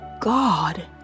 God